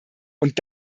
und